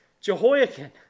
Jehoiakim